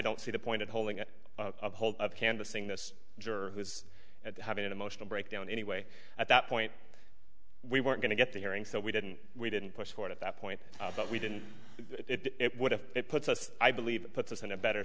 don't see the point of holding it up hold up canvassing this juror who was at having an emotional breakdown anyway at that point we weren't going to get the hearing so we didn't we didn't push for it at that point but we didn't it would have it puts us i believe puts us in a better